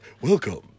Welcome